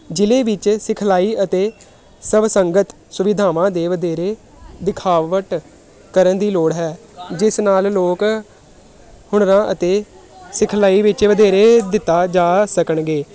ਜ਼ਿਲ੍ਹੇ ਵਿੱਚ ਸਿਖਲਾਈ ਅਤੇ ਸਭ ਸੰਗਤ ਸੁਵਿਧਾਵਾਂ ਦੇ ਵਧੇਰੇ ਦਿਖਾਵਟ ਕਰਨ ਦੀ ਲੋੜ ਹੈ ਜਿਸ ਨਾਲ ਲੋਕ ਹੁਨਰਾਂ ਅਤੇ ਸਿਖਲਾਈ ਵਿੱਚ ਵਧੇਰੇ ਦਿੱਤਾ ਜਾ ਸਕਣਗੇ